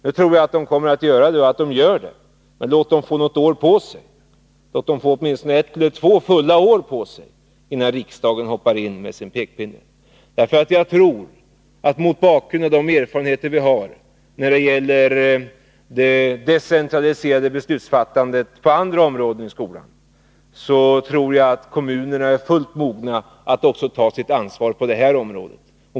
Jag tror att kommunerna ändå gör det. Men låt dem få åtminstone ett eller två fulla år på sig, innan riksdagen hoppar in med sin pekpinne. Med stöd av de erfarenheter som vi har när det gäller det decentraliserade beslutsfattandet på andra områden i skolan tror jag att kommunerna är fullt mogna att ta sitt ansvar också på detta område.